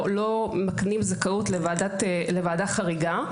לא מקנים זכאות לוועדה חריגה.